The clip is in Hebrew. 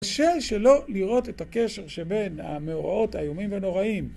קשה שלא לראות את הקשר שבין המאורעות האיומים ונוראים